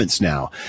Now